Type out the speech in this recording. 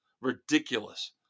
Ridiculous